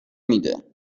میده